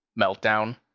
meltdown